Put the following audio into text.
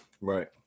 Right